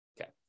Okay